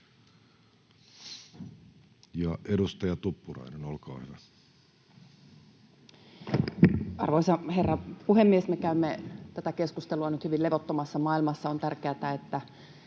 Edustaja Tuppurainen, olkaa hyvä. Arvoisa herra puhemies! Me käymme tätä keskustelua nyt hyvin levottomassa maailmassa. On tärkeätä, että